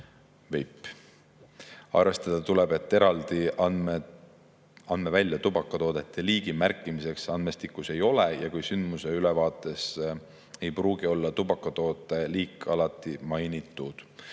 "veip". Arvestada tuleb seda, et eraldi andmevälja tubakatoote liigi märkimiseks andmestikus ei ole ja ka sündmuse ülevaates ei pruugi olla tubakatoote liiki alati mainitud.